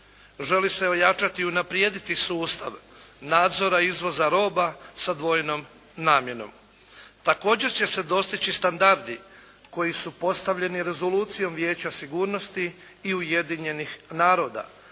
Želi se ojačati i unaprijediti sustav nadzora i izvoza roba sa dvojnom namjenom. Također će se dostići standardi koji su postavljeni rezolucijom Vijeća sigurnosti i Ujedinjenih naroda